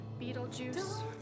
Beetlejuice